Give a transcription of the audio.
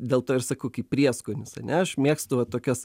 dėl to ir sakau kaip prieskonis ane aš mėgstu va tokias